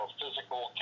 physical